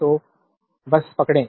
तो बस पकड़ें